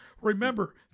remember